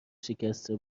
شکسته